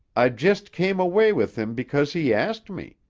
i just came away with him because he asked me.